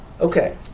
Okay